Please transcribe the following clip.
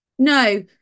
No